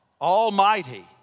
almighty